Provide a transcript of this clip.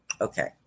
Okay